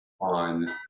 on